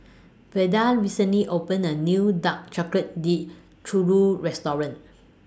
Velda recently opened A New Dark Chocolate Dipped Churro Restaurant